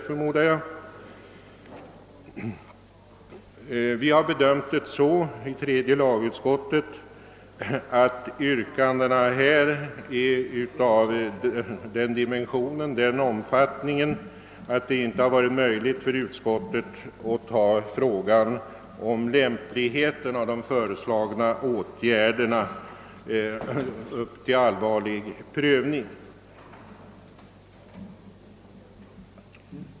I tredje lagutskottet har vi bedömt det så, att yrkandena har så dan omfattning, att det inte är möjligt för utskottet att ta upp lämpligheten av de föreslagna åtgärderna till allvarlig prövning.